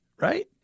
right